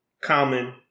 Common